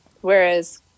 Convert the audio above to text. whereas